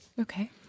Okay